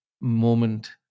moment